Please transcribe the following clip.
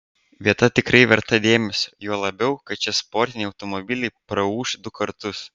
vieta tikrai verta dėmesio juo labiau kad čia sportiniai automobiliai praūš du kartus